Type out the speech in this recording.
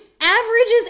averages